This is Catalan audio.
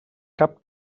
cap